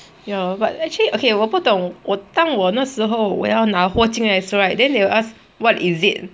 ya lor but actually okay 我不懂我当我那时候我要拿货进来的时候 right then they will ask what is it